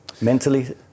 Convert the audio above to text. mentally